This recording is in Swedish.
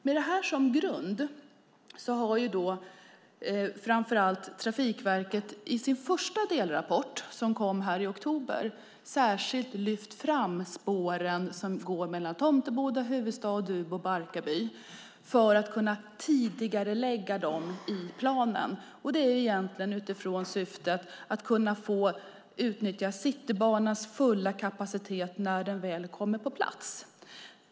Med det här som grund har framför allt Trafikverket i sin första delrapport som kom i oktober särskilt lyft fram spåren som går mellan Tomteboda, Huvudsta, Duvbo och Barkarby för att kunna tidigarelägga dem i planen, och det är egentligen utifrån syftet att kunna utnyttja Citybanans fulla kapacitet när den väl kommer på plats.